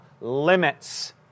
limits